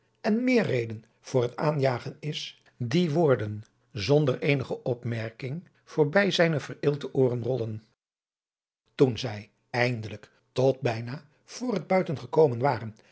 en meer reden voor het aanjagen is die woorden zonder eenige opmerking voorbij zijne vereelte ooren rollen toen zij eindelijk tot bijna voor het buiten gekomen waren